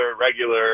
regular